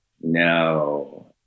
No